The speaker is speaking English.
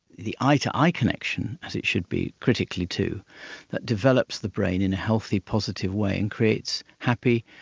the eye-to-eye connection as it should be critically too that develops the brain in a healthy, positive way and creates happy,